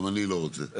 גם אני לא רוצה.